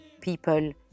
people